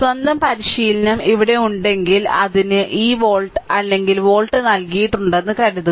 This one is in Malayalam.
സ്വന്തം പരിശീലനം ഇവിടെ ഉണ്ടെങ്കിൽ അതിന് ഈ വോൾട്ട് അല്ലെങ്കിൽ വോൾട്ട് നൽകിയിട്ടുണ്ടെന്ന് കരുതുക